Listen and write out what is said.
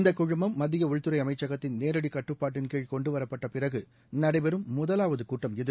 இந்த குழுமம் மத்திய உள்துறை அமைச்சகத்தின் நேரடி கட்டுப்பாட்டின்கீழ் கொண்டுவரப்பட்ட பிறகு நடைபெறும் முதலாவது கூட்டம் இது